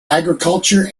agriculture